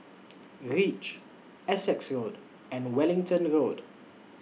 REACH Essex Road and Wellington Road